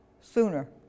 sooner